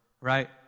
right